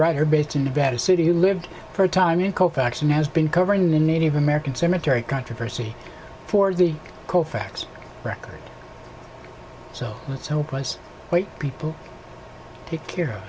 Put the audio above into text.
writer based in nevada city who lived for a time in copaxone has been covering the native american cemetery controversy for the colfax record so let's hope was what people take here